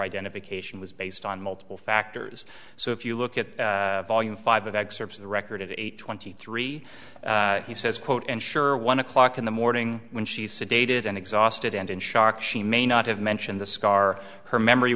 identification was based on multiple factors so if you look at volume five of excerpts the record eight twenty three he says quote ensure one o'clock in the morning when she's sedated and exhausted and in shock she may not have mentioned the scar her memory